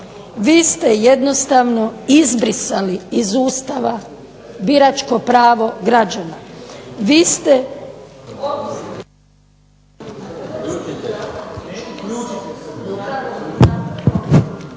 Vi ste jednostavno izbrisali iz Ustava biračko pravo građana, vi ste